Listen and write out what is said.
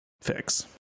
fix